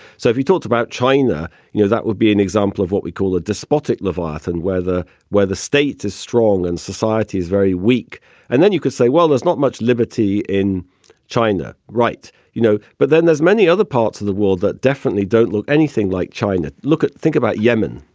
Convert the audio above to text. so if you talked about china you know that would be an example of what we call a despotic leviathan whether where the state is strong and society is very weak and then you could say well there's not much liberty in china right. you know but then there's many other parts of the world that definitely don't look anything like china. look at think about yemen.